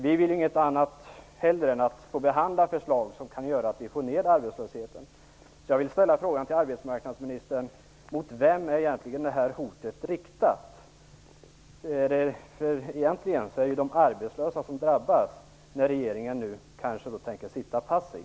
Vi vill inget hellre än att få behandla förslag som kan göra att vi får ned arbetslösheten, så jag vill fråga arbetsmarknadsministern: Mot vem är egentligen det här hotet riktat? Egentligen är det ju de arbetslösa som drabbas när regeringen nu kanske tänker sitta passiv.